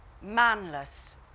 manless